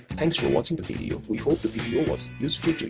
thanks for watching the video. we hope the video was useful to you.